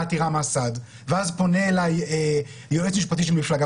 העתירה מהס"ד ואז פונה אלי יועץ משפטי של מפלגה